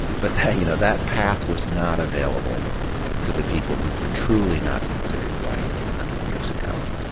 but, you know, that path was not available to the people who were truly not considered white a hundred years ago,